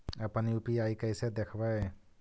अपन यु.पी.आई कैसे देखबै?